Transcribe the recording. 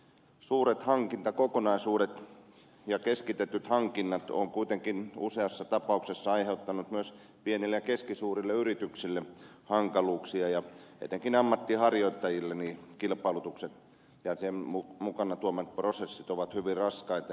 suuret hankintakokonaisuudet ja keskitetyt hankinnat ovat kuitenkin useassa tapauksessa aiheuttaneet myös pienille ja keskisuurille yrityksille hankaluuksia ja etenkin ammattienharjoittajille kilpailutukset ja niiden mukanaan tuomat prosessit ovat hyvin raskaita